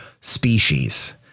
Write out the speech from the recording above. species